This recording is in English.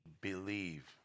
Believe